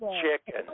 chicken